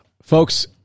Folks